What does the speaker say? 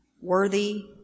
worthy